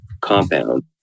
compound